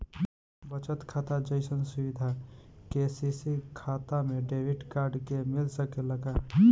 बचत खाता जइसन सुविधा के.सी.सी खाता में डेबिट कार्ड के मिल सकेला का?